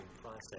process